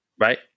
right